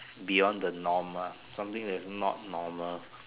beyond the norm lah something that is not normal